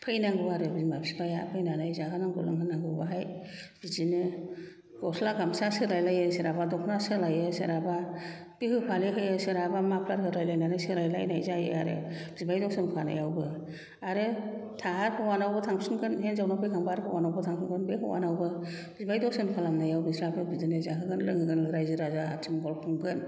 फैनांगौ आरो बिमा बिफाया फैनानै जाहोनांगौ लोंहोनांगौ बेवहाय बिदिनो गस्ला गामसा सोलाय लायो सोरहाबा दख'ना सोलायो सोरहाबा माबा सोरहाबा बिहु फालि होयो सोरहाबा माफ्लार होलायनानै सोलायलायनाय जायो आरो बिबाय दर्सन खानायावबो आरो हौवानावबो थांफिनगोन हिनजावनाव फैफिनबा हौवानावबो थांफिन्बाय हौयानावबो बिबाय दर्सन खालाम नायावबो बिस्राबो बिदिनो जाहोगोन लोंहोगोन रायजो राजा आथिमंगल खुंगोन